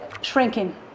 shrinking